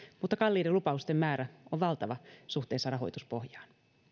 mutta kalliiden lupausten määrä on valtava suhteessa rahoituspohjaan